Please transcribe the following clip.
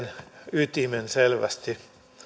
ytimen selvästi on